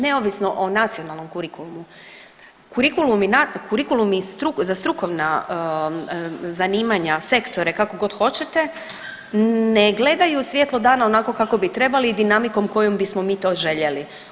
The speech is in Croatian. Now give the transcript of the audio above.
Neovisno o nacionalnom kurikulumu, kurikulumi za strukovna zanimanja, sektore kako god hoćete ne gledaju svjetlo dana onako kako bi trebali i dinamikom kojom bismo mi to željeli.